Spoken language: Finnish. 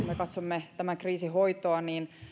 me katsomme tämän kriisin hoitoa